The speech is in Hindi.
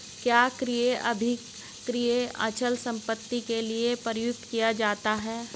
क्या क्रय अभिक्रय अचल संपत्ति के लिये भी प्रयुक्त किया जाता है?